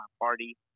party